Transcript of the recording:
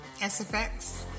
sfx